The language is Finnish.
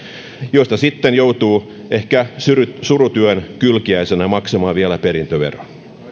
josta sitten joutuu ehkä surutyön kylkiäisenä maksamaan vielä perintöveron